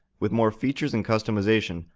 with more features and customization,